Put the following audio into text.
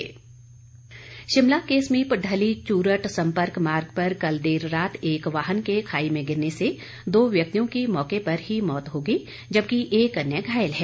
दुर्घटना शिमला के समीप ढली चूरट सम्पर्क मार्ग पर कल देर रात एक वाहन के खाई में गिरने से दो व्यक्तियों की मौके पर मौत हो गई जबकि एक अन्य घायल है